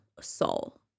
soul